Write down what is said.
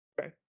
Okay